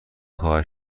خواهد